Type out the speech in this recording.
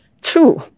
Two